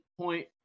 point